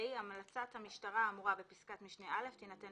(ה)המלצת המשטרה האמורה בפסקת משנה (א) תינתן